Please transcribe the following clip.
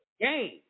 game